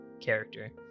character